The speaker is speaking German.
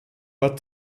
war